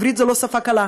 עברית זו לא שפה קלה,